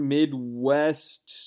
Midwest